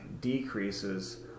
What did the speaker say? decreases